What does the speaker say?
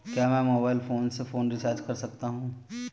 क्या मैं mobile phone से फोन रिचार्ज कर सकता हूं?